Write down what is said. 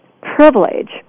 privilege